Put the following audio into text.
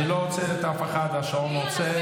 אני לא עוצר את אף אחד, השעון עוצר.